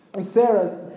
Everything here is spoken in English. Sarah's